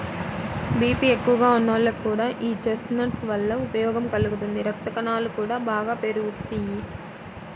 BP ఎక్కువగా ఉన్నోళ్లకి కూడా యీ చెస్ట్నట్స్ వల్ల ప్రయోజనం కలుగుతుంది, రక్తకణాలు గూడా బాగా పెరుగుతియ్యి